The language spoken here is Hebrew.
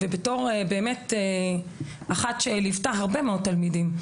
בתור אחת שליוותה הרבה מאוד תלמידים,